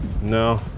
No